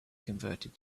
converted